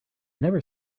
never